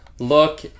look